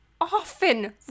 often